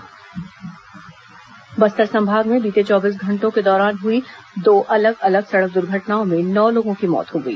दर्घटना बस्तर संभाग में बीते चौबीस घंटों के दौरान हुए दो अलग अलग सड़क दुर्घटनाओं में नौ लोगों की मौत हो गई